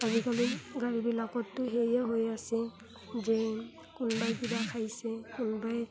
আজিকালি গাড়ীবিলাকততো সেয়ে হৈ আছে যে কোনোবাই কিবা খাইছে কোনোবাই